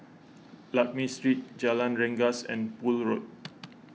Lakme Street Jalan Rengas and Poole Road